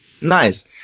Nice